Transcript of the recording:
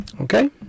Okay